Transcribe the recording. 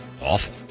awful